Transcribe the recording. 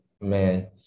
man